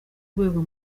rwego